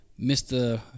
Mr